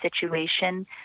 situation